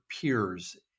peers